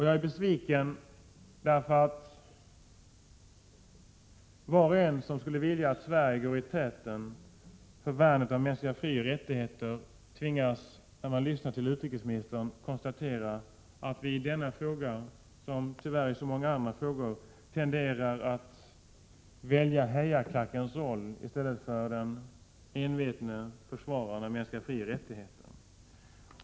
Jag är besviken också därför att var och en som skulle vilja att Sverige går i täten för värnet av mänskliga frioch rättigheter tvingas när han lyssnar till utrikesministern konstatera att vi i denna fråga liksom tyvärr i så många andra frågor tenderar att välja rollen som hejaklack i stället för rollen som den envetne försvararen av mänskliga frioch rättigheter.